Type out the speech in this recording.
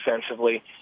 defensively